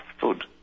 food